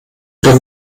oder